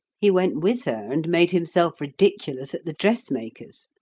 he went with her and made himself ridiculous at the dressmaker's.